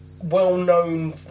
well-known